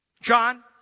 John